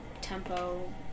tempo